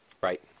right